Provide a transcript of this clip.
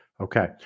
Okay